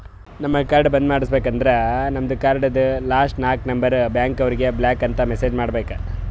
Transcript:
card ಬಂದ್ ಮಾಡುಸ್ಬೇಕ ಅಂದುರ್ ನಮ್ದು ಕಾರ್ಡ್ ಲಾಸ್ಟ್ ನಾಕ್ ನಂಬರ್ ಬ್ಯಾಂಕ್ನವರಿಗ್ ಬ್ಲಾಕ್ ಅಂತ್ ಮೆಸೇಜ್ ಮಾಡ್ಬೇಕ್